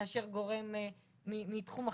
מאשר גורם מתחום אחר,